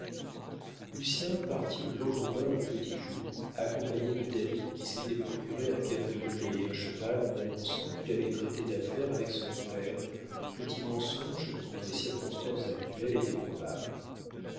lucien partit le lendemain au petit jour accompagné de david qui s'était procuré un cabriolet et un cheval en annonçant qu'il allait traiter d'affaires avec son père petit mensonge qui dans les circonstances actuelles était probable